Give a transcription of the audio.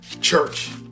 church